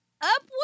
up